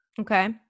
okay